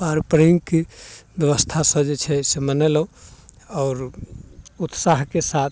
पारम्परिक व्यवस्थासँ जे छै से मनेलहुँ आओर उत्साहके साथ